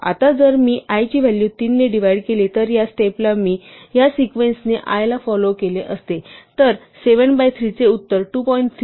आता जर मी i ची व्हॅलू 3 ने डिव्हाइड केली तर या स्टेप ला जर मी ह्या सिक्वेन्स ने i ला फॉलोव केले असते तर 7 बाय 3 चे उत्तर 2